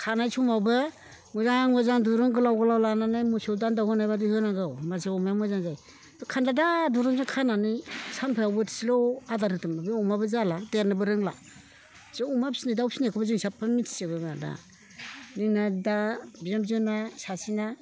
खानाय समावबो मोजां मोजां दिरुं गोलाव गोलाव लानानै मोसौ दान्दा होनायबादि होनांगौ होनबासो अमाया मोजां जायो खान्दादा दिरुंजों खानानै सानफोराव बोथिसेल' आदार होदोल' बे अमाबो जाला देरनोबो रोंला जों अमा फिसिनाय दाउ फिसिनायखौबो जों साफ्फा मिथिजोबो दा जोंना दा बिहामजोना सासेना